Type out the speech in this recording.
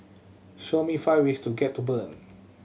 show me five ways to get to Bern